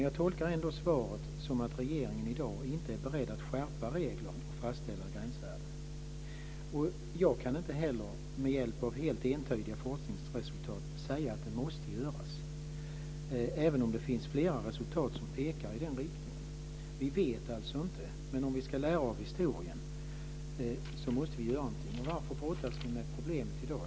Jag tolkar ändå svaret som att regeringen i dag inte är beredd att skärpa regler och fastställa gränsvärden. Jag kan inte heller med hjälp av helt entydiga forskningsresultat säga att det måste göras, även om det finns flera resultat som pekar i den riktningen. Vi vet alltså inte. Men om vi ska lära av historien måste vi göra någonting. Varför brottas vi då med problemet i dag?